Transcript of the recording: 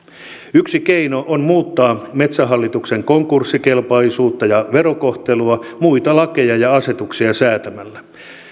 yksi keino on muuttaa metsähallituksen konkurssikelpoisuutta ja verokohtelua muita lakeja ja asetuksia säätämällä